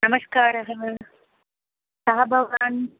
नमस्कारः कः भवान्